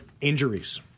injuries